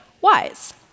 wise